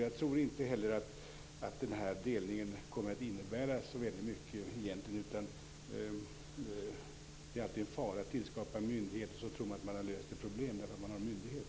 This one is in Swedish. Jag tror inte heller att den här delningen egentligen kommer att innebära särskilt mycket. Det är alltid en fara att tillskapa en myndighet. Man tror att man har löst ett problem därför att man har en myndighet.